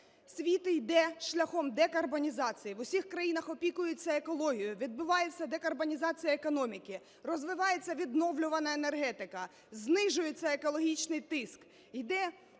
Світ йде шляхом декарбонізації, в усіх країнах опікуються екологією, відбувається декарбонізація економіки, розвивається відновлювана енергетика, знижується екологічний тиск.